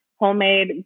homemade